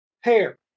hair